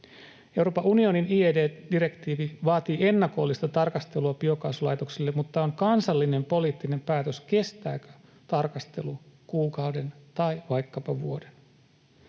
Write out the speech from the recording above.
Euroopan unionin IED-direktiivi vaatii ennakollista tarkastelua biokaasulaitoksille, mutta on kansallinen poliittinen päätös, kestääkö tarkastelu kuukauden tai vaikkapa vuoden.